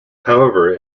however